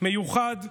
המיוחד